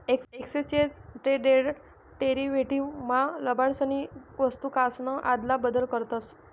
exchange traded derivatives मा लबाडसनी वस्तूकासन आदला बदल करतस